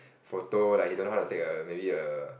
photo like he don't know how to take a maybe a